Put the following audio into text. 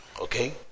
Okay